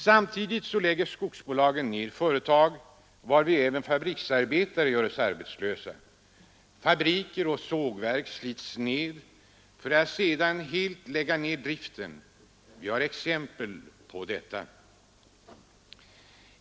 Samtidigt lägger skogsbolagen ner företag, varvid även fabriksarbetare görs arbetslösa. Man sliter ned fabriker och sågverk för att sedan helt lägga ned driften. Vi har exempel på detta.